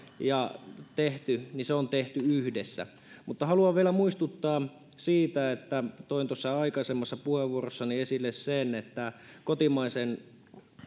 ja tehty niin se on tehty yhdessä mutta haluan vielä muistuttaa siitä että toin tuossa aikaisemmassa puheenvuorossani esille sen että kotimaisen